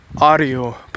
audio